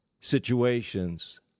situations